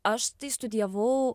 aš tai studijavau